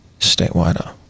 statewide